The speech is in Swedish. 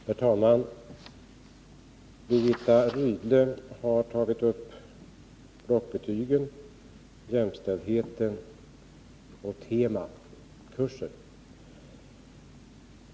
Herr talman! Birgitta Rydle har tagit upp blockbetygen, jämställdheten och temakurser.